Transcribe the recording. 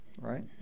right